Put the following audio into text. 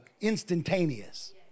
instantaneous